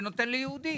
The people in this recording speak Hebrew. ונותן ליהודי?